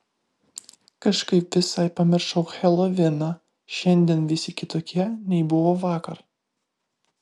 kažkaip visai pamiršau heloviną šiandien visi kitokie nei buvo vakar